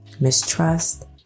mistrust